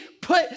put